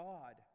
God